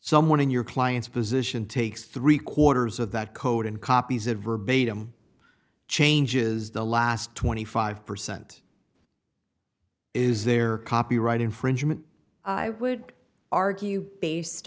someone in your client's position takes three quarters of that code and copies of verbatim changes the last twenty five percent is there copyright infringement i would argue based